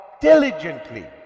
diligently